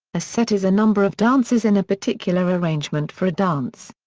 a set is a number of dancers in a particular arrangement for a dance.